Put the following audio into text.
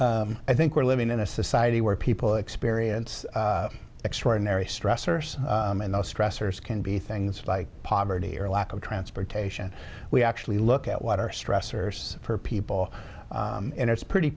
i think we're living in a society where people experience extraordinary stressors and those stressors can be things by poverty or lack of transportation we actually look at what are stressors for people and it's pretty